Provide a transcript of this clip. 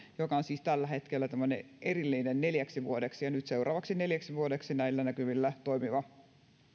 joka on siis tällä hetkellä tämmöinen neljäksi vuodeksi ja nyt seuraavaksi neljäksi vuodeksi näillä näkymillä toimiva